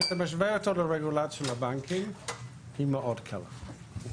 שאתה משווה אותו לרגולציה לבנקים היא מאוד קלה.